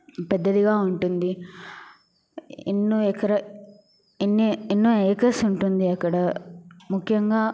పెద్దదిగా ఉంటుంది ఎన్నో ఎకారా ఎన్ని ఎన్నో ఏకర్స్ ఉంటుంది అక్కడ ముఖ్యంగా